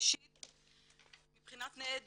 ראשית, מבחינת תנאי דיור,